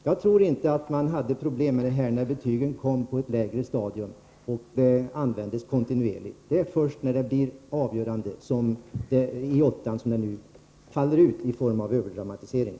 Jag tror inte att man hade problem med detta när betygen kom på ett lägre stadium och användes kontinuerligt, utan det är först när de blir avgörande i åttan som de faller ut i form av en överdramatisering.